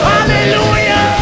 Hallelujah